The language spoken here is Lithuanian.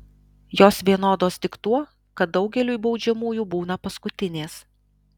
jos vienodos tik tuo kad daugeliui baudžiamųjų būna paskutinės